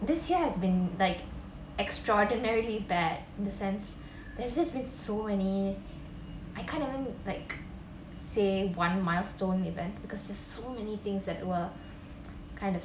this year has been like extraordinarily bad the sense there's just been so many I can't even like say one milestone event because there's so many things that we're kind of